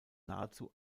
nahezu